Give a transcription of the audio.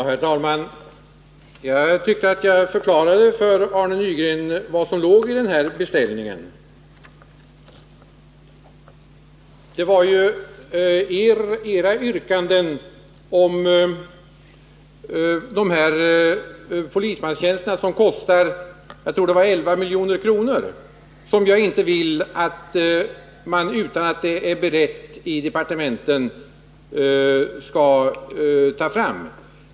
Herr talman! Jag tyckte att jag förklarade för Arne Nygren vad som ingick i den här beställningen. Det var ju era yrkanden om inrättandet av nya polismanstjänster till en kostnad av 11 milj.kr. — jag tror det var så mycket — som vi inte vill att riksdagen skall bifalla utan att ärendet beretts i departementen.